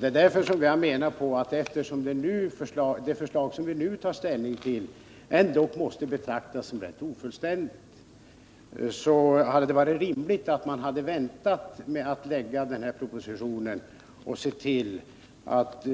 Det är därför som jag menar att det, eftersom det förslag som vi nu tar ställning till ändå måste betraktas som rätt ofullständigt, hade varit rimligt att man väntat med att lägga fram denna proposition och sett till att